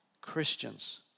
Christians